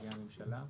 נציגי הממשלה.